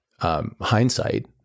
Hindsight